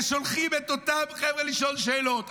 ושולחים את אותם חבר'ה ולשאול שאלות.